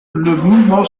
mouvement